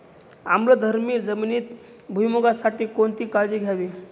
आम्लधर्मी जमिनीत भुईमूगासाठी कोणती काळजी घ्यावी?